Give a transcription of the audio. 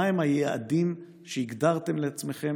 מהם היעדים שהגדרתם לעצמכם